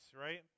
right